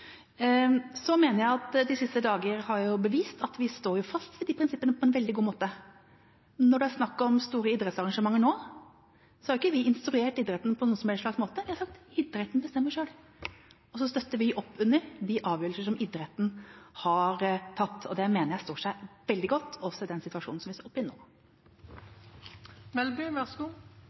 Så mener jeg at de siste dager har bevist at vi står fast ved de prinsippene på en veldig god måte. Når det er snakk om store idrettsarrangementer nå, har ikke vi instruert idretten på noen som helst måte. Idretten bestemmer selv, og så støtter vi opp under de avgjørelser som idretten har tatt. Det mener jeg står seg veldig godt også i den situasjonen vi står oppe i nå. Jeg tror ikke det er noen uenighet om at det er idretten selv som